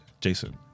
Jason